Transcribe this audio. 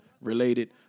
related